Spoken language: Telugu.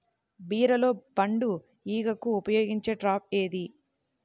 బీరలో పండు ఈగకు ఉపయోగించే ట్రాప్ ఏది?